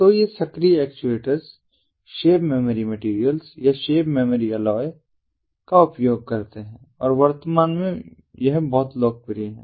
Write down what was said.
तो ये सक्रिय एक्चुएटर्स शेप मेमोरी मैटेरियल्स या शेप मेमोरी अलॉय SMAs का उपयोग करते हैं और वर्तमान में यह बहुत लोकप्रिय है